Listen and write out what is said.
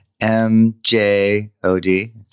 M-J-O-D